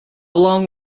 long